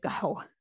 go